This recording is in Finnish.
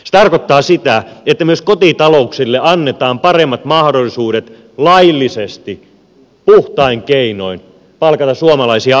se tarkoittaa sitä että myös kotitalouksille annetaan paremmat mahdollisuudet laillisesti puhtain keinoin palkata suomalaisia ammattilaisia töihin